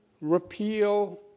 repeal